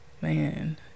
man